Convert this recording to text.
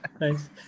nice